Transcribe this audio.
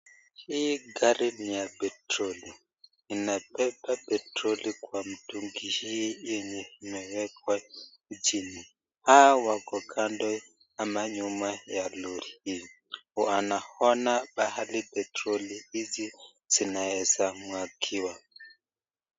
Hii gari ni ya petroli inabeba petroli kwa mtungi hii yenye imewekwa chini hao wako kando ama nyuma ya lori hii wanaona pahali petroli hizi zinaweza mwagiwa.